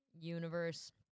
universe